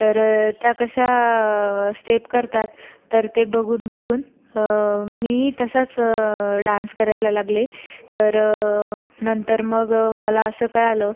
तर त्या कशा स्टेप करतात तर ते बघून बघून मीही तसाच डान्स करायला लागले तर नंतर मग मला असं कळालं